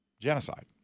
genocide